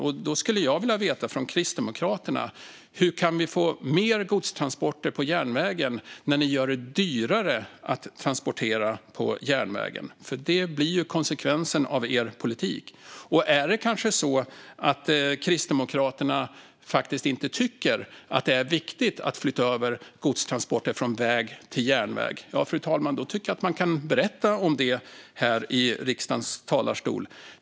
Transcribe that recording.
Hur kan vi få mer godstransporter på järnvägen när Kristdemokraterna gör det dyrare att transportera på järnvägen? Det blir ju konsekvensen av er politik. Är det kanske så att Kristdemokraterna inte tycker att det är viktigt att flytta över godstransporter från väg till järnväg? I så fall tycker jag att Kristdemokraterna kan berätta det här i riksdagens talarstol. Fru talman!